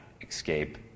escape